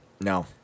no